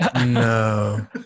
No